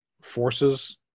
forces